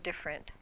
different